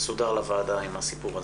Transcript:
מסודר לוועדה עם הסיפור הזה.